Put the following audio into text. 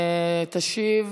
תשיב